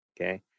Okay